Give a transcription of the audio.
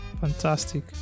Fantastic